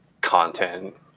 content